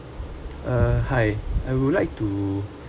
uh hi I would like to